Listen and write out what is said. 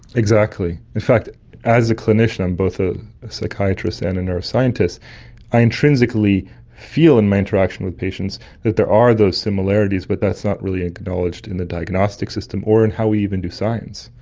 exactly. in fact as a clinician i'm a psychiatrist and a neuroscientist i intrinsically feel in my interaction with patients that there are those similarities, but that's not really acknowledged in the diagnostic system or in how we even do science.